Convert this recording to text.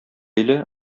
иле